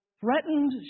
threatened